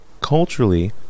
culturally